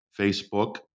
Facebook